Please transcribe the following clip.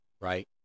right